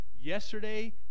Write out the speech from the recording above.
yesterday